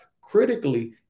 critically